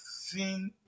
seen